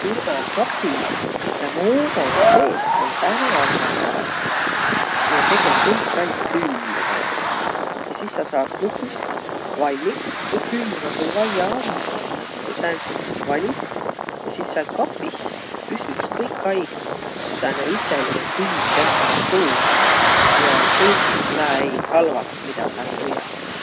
Külmäkapi moodori seeh om sääne agrõgaat, miä tege kõikaig külmä. Ja sis sa saat nupist valliq, ku külmä sul vajja om. Ja sääntse sis valit. Ja sis sääl kapih püsüs kõikaig sääne üteline külm temperatuur. Ja söögiq lää eiq halvas, midä sääl hoiat.